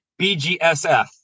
BGSF